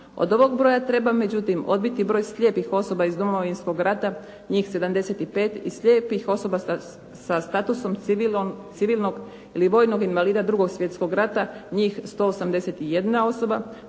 Od ovog broja treba međutim odbiti broj slijepih osoba iz Domovinskog rata njih 75 i slijepih osoba sa statusom civilnog ili vojnog invalida Drugog svjetskog rata, njih 181 osoba.